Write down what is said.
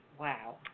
Wow